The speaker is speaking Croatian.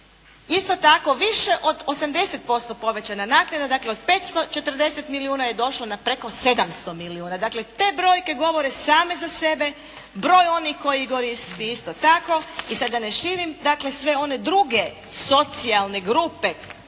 isto tako više od 80% povećana naknada. Dakle, od 540 milijuna je došlo na preko 700 milijuna. Dakle, te brojke govore same za sebe. Broj onih koji koriste isto tako. I sada da ne širim, sve one druge socijalne grupe